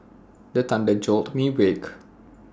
the thunder jolt me wake